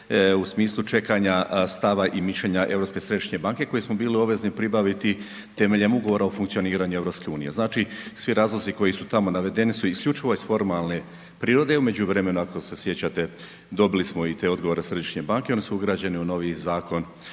u smislu čekanja stava i mišljenja Europske središnje banke koje smo bili obvezni pribaviti temeljem Ugovora o funkcioniranju Europske unije. Znači, svi razlozi koji su tamo navedeni su isključivo iz formalne prirode, u međuvremenu ako se sjećate dobili smo i te odgovore Središnje banke, oni su ugrađeni u noviji Zakon